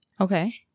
Okay